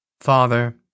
Father